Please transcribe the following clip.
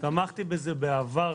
תמכתי בזה בעבר,